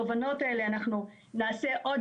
עם גופים שקודם היה לנו קשה להגיע